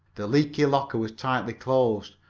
the leaky locker was tightly closed,